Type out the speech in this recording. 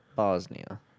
Bosnia